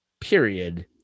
period